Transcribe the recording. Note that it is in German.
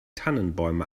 tannenbäume